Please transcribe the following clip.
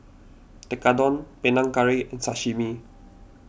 Tekkadon Panang Curry and Sashimi